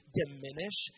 diminish